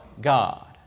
God